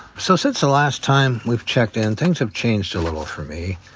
so since the last time we've checked in, things have changed a little for me.